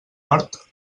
hort